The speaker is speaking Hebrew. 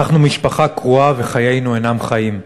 אנחנו משפחה קרועה וחיינו אינם חיים.